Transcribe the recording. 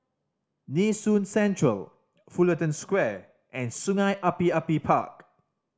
Nee Soon Central Fullerton Square and Sungei Api Api Park